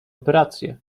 operację